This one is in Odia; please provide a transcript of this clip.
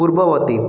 ପୂର୍ବବର୍ତ୍ତୀ